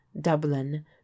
Dublin